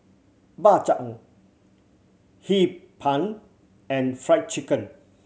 Bak Chang Hee Pan and Fried Chicken